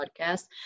podcast